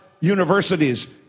universities